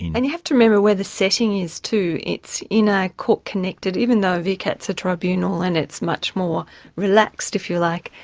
and you have to remember where the setting is too, it's in a court connected, even though vcat's a tribunal and it's much more relaxed, if you like,